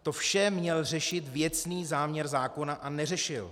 To vše měl řešit věcný záměr zákona, a neřešil.